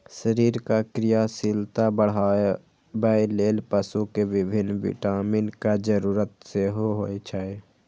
शरीरक क्रियाशीलता बढ़ाबै लेल पशु कें विभिन्न विटामिनक जरूरत सेहो होइ छै